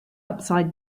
upside